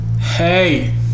Hey